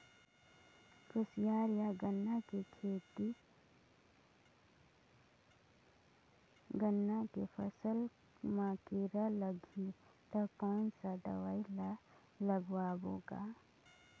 कोशियार या गन्ना के फसल मा कीरा लगही ता कौन सा दवाई ला लगाबो गा?